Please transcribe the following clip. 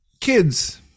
Kids